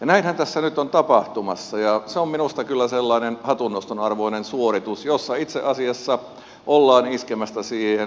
näinhän tässä nyt on tapahtumassa ja se on minusta kyllä sellainen hatunnoston arvoinen suoritus jolla itse asiassa ollaan